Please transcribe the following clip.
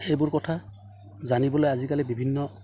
সেইবোৰ কথা জানিবলৈ আজিকালি বিভিন্ন